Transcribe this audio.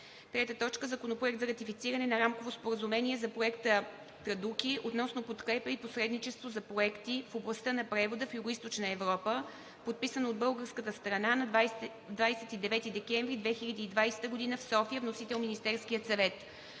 народ“. 3. Законопроект за ратифициране на Рамково споразумение за Проекта „Традуки“ относно подкрепа и посредничество за проекти в областта на превода в Югоизточна Европа, подписано от българската страна на 29 декември 2020 г. в София. Вносител – Министерският съвет.